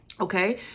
okay